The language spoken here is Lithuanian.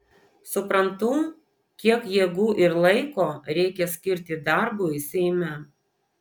suprantu kiek jėgų ir laiko reikia skirti darbui seime